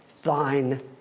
thine